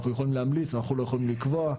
אנחנו יכולים להמליץ אנחנו לא יכולים לקבוע,